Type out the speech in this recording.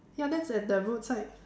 ya that's at the roadside